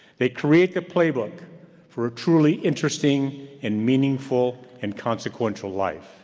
they create the playbook for a truly interesting and meaningful and consequential life.